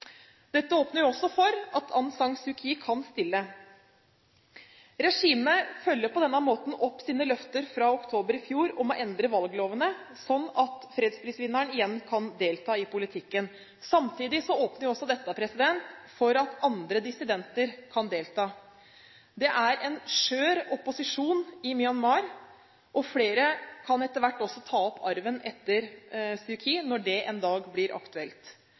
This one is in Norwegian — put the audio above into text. Dette åpner jo også for at Aung San Suu Kyi kan stille. Regimet følger på denne måten opp sine løfter fra oktober i fjor om å endre valglovene slik at fredsprisvinneren igjen kan delta i politikken. Samtidig åpner også dette opp for at andre dissidenter kan delta. Det er en bred opposisjon i Myanmar, og flere kan etter hvert også ta opp arven etter Suu Kyi når det en dag blir aktuelt.